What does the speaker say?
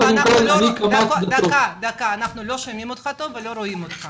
על כמה אתרים אתם אחראיים?